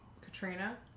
Katrina